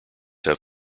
have